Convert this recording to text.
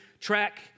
track